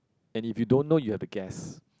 and if you don't know you have to guess